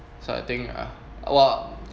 so I think ah !wah!